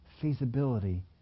feasibility